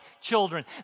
children